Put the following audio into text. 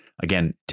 Again